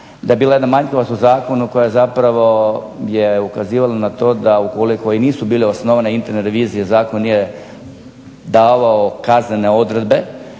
da je bila jedna manjkavost u zakonu koja je ukazivala na to da ukoliko i nisu bile osnivane interne revizije zakon je davao kaznene odredbe,